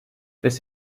this